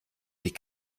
die